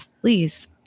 please